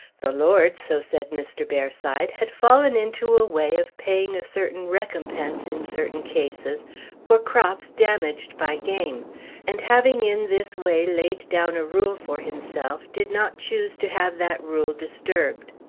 the lord, so said mr. bearside, had fallen into a way of paying a certain recompense in certain cases for crops damaged by game and having in this way laid down a rule for himself did not choose to have that rule disturbed.